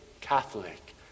catholic